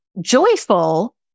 joyful